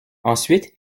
ensuite